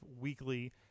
weekly